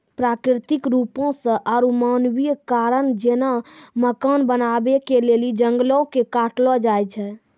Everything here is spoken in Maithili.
प्राकृतिक रुपो से आरु मानवीय कारण जेना मकान बनाबै के लेली जंगलो के काटलो जाय छै